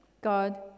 God